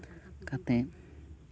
ᱠᱟᱛᱮ